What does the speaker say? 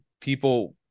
People